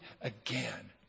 again